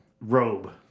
robe